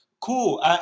Cool